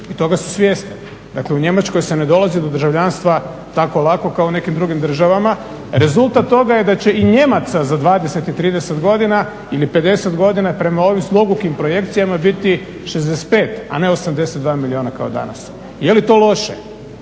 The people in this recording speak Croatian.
i toga su svjesni. Dakle, u Njemačkoj se ne dolazi do državljanstva tako lako kao u nekim drugim državama. Rezultat toga je da će i Nijemaca za 20 i 30 godina ili 50 godina prema ovim zlogukim projekcijama biti 65, a ne 82 milijuna kao danas. Je li to loše?